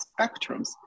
spectrums